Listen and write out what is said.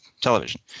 television